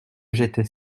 j’étais